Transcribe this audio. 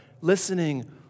listening